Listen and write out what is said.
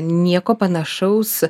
nieko panašaus